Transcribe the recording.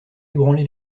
ébranlé